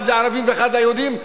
אחד לערבים ואחד ליהודים,